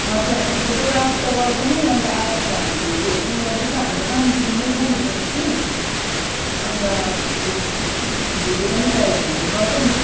हजुर हामीले फोटोग्राफी त गर्छ नै अन्त आजकल त हामीले भिडियोहरू हामीले पनि गर्दैछौँ हाम्रो सानो टिम नै छ नि बैनी कि अन्त भिड भिडियो पनि चाहियो भने हामी गर्छौँ नि